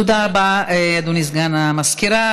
תודה רבה, אדוני סגן המזכירה.